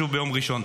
שוב ביום ראשון.